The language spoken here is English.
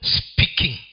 speaking